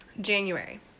January